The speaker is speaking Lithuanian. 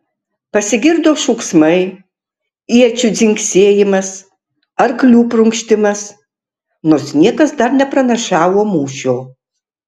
pasigirdo šūksmai iečių dzingsėjimas arklių prunkštimas nors niekas dar nepranašavo mūšio